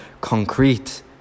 concrete